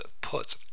put